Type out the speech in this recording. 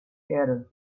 erde